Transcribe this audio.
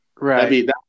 right